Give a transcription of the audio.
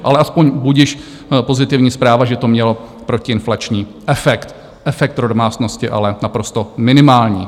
Ale aspoň budiž pozitivní zpráva, že to mělo protiinflační efekt, efekt pro domácnosti ale naprosto minimální.